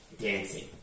dancing